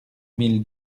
mille